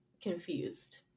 confused